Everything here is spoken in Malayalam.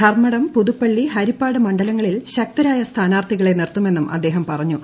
ധർമടം പുതുപ്പള്ളി ഹരിപ്പാട് മണ്ഡലങ്ങളിൽ ശക്തരായ സ്ഥാനാർത്ഥികളെ നിർത്തുമെന്നും അദ്ദേഹം പറഞ്ഞു